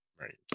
right